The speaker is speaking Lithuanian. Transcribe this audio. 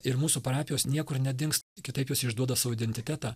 ir mūsų parapijos niekur nedings kitaip jos išduoda savo identitetą